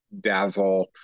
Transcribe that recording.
dazzle